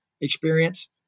experience